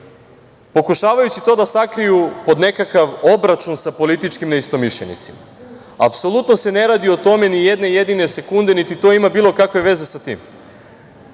pokušavajući to da sakriju pod nekakav obračun sa političkim neistomišljenicima. Apsolutno se ne radi o tome ni jedne jedine sekunde, niti to ima bilo kakve veze sa tim.